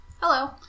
Hello